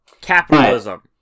capitalism